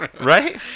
Right